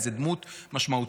איזו דמות משמעותית,